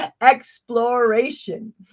Exploration